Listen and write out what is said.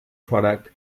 product